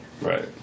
Right